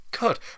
God